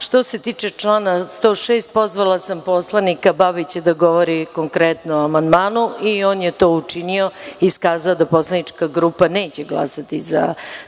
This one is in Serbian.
Što se tiče člana 106. pozvala sam poslanika Babića da govori konkretno o amandmanu i on je to učinio i kazao da poslanička grupa neće glasati za